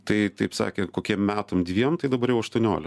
tai taip sakė kokiem metams dviem tai dabar jau aštuoniolika